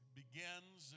begins